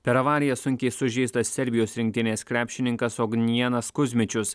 per avariją sunkiai sužeistas serbijos rinktinės krepšininkas ognjienas kuzmičius